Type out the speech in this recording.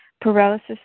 Paralysis